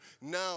Now